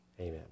Amen